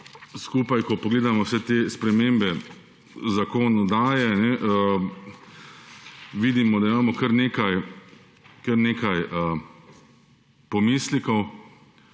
skupaj, ko pogledamo vse te spremembe zakonodaje vidimo, da imamo kar nekaj pomislekov.